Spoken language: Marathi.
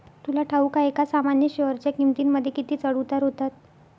तुला ठाऊक आहे का सामान्य शेअरच्या किमतींमध्ये किती चढ उतार होतात